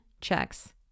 checks